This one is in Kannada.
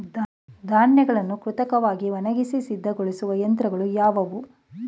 ಧಾನ್ಯಗಳನ್ನು ಕೃತಕವಾಗಿ ಒಣಗಿಸಿ ಸಿದ್ದಗೊಳಿಸುವ ಯಂತ್ರಗಳು ಯಾವುವು?